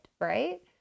right